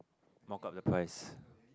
mock up the price